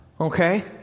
okay